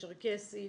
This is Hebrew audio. צ'רקסי,